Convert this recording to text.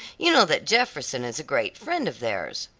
you know that jefferson is a great friend of theirs.